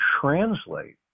translate